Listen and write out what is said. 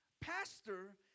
pastor